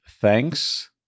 thanks